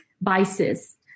biases